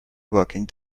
working